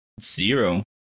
zero